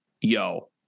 Yo